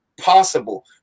possible